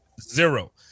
zero